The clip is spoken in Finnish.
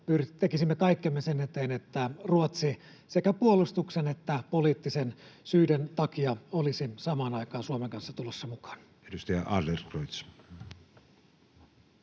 tekisimme kaikkemme sen eteen, että Ruotsi sekä puolustuksen että poliittisten syiden takia olisi samaan aikaan Suomen kanssa tulossa mukaan. Edustaja Adlercreutz.